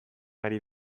ari